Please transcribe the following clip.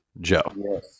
Joe